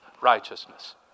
righteousness